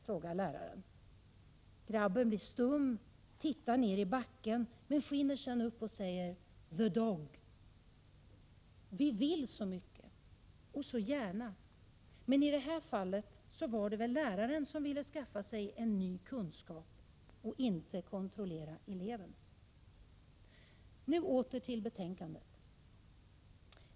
frågar läraren. Grabben blir stum, tittar ner i backen, men skiner sedan upp och säger: — The dog! Vi vill så mycket och så gärna, men i det här fallet var det väl läraren som ville skaffa sig en ny kunskap — inte kontrollera elevens. Nu åter till betänkandet.